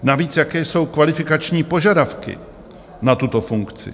Navíc, jaké jsou kvalifikační požadavky na tuto funkci?